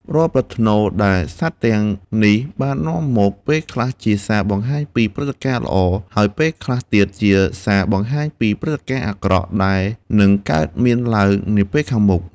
រាល់ប្រផ្នូលដែលសត្វទាំងនេះបាននាំមក ពេលខ្លះជាសារបង្ហាញពីព្រឹត្តិការណ៍ល្អ ហើយពេលខ្លះទៀតជាសារបង្ហាញពីព្រឹត្តិការណ៍អាក្រក់ដែលនឹងកើតមានឡើងនាពេលខាងមុខ។